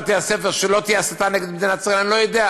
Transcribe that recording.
שלא תהיה הסתה נגד מדינת ישראל בתוך